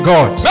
God